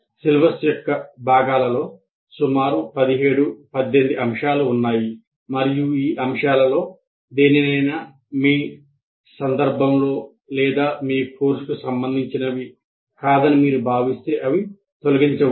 syllabus యొక్క భాగాలలో సుమారు 17 18 అంశాలు ఉన్నాయి మరియు ఈ అంశాలలో దేనినైనా మీ సందర్భంలో లేదా మీ కోర్సుకు సంబంధించినవి కాదని మీరు భావిస్తే అవి తొలగించవచ్చు